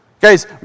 Guys